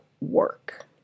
work